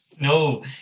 No